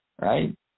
right